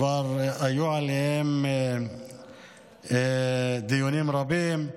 כבר היו עליהם דיונים רבים.